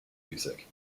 music